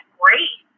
great